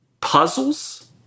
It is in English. puzzles